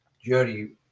Jody